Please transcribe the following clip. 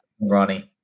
Ronnie